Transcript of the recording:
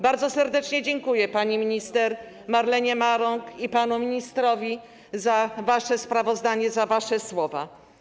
Bardzo serdecznie dziękuję pani minister Marlenie Maląg i panu ministrowi za ich sprawozdanie, za ich słowa.